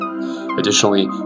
Additionally